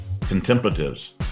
contemplatives